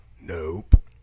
Nope